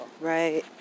Right